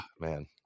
man